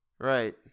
Right